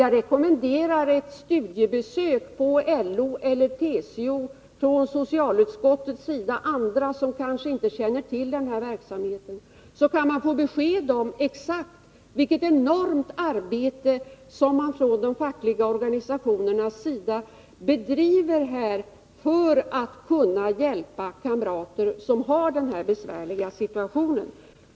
Jag rekommenderar socialutskottet och andra som kanske inte känner till den här verksamheten att göra ett studiebesök på LO eller TCO för att få exakt besked om vilket enormt arbete som de fackliga organisationerna bedriver för att kunna hjälpa kamrater i en besvärlig situation.